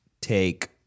take